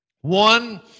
one